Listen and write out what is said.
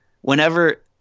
whenever –